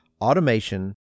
automation